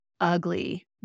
ugly